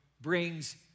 brings